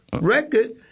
record